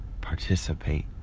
participate